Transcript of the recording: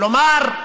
כלומר,